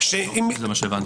לא זה מה שהבנתי.